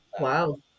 Wow